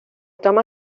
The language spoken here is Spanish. toma